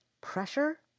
pressure